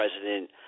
president